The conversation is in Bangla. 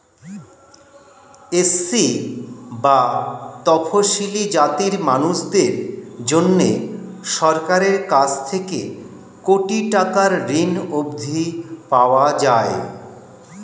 এস.সি বা তফশিলী জাতির মানুষদের জন্যে সরকারের কাছ থেকে কোটি টাকার ঋণ অবধি পাওয়া যায়